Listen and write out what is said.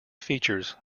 features